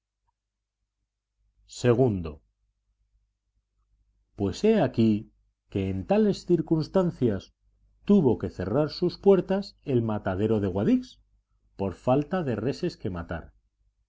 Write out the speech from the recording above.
ii pues he aquí que en tales circunstancias tuvo que cerrar sus puertas el matadero de guadix por falta de reses que matar